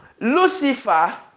Lucifer